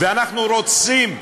ואנחנו רוצים,